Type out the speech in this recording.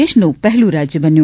દેશનું પહેલું રાજ્ય બન્યું